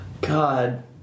God